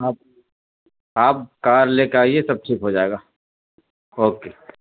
آپ آپ کار لے کے آئیے سب ٹھیک ہو جائے گا اوکے